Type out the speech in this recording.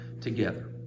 together